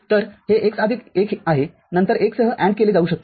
तरहे x आदिक १ आहेनंतर ते १ सह AND केले जाऊ शकते